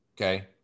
Okay